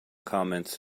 comments